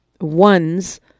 ones